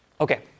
Okay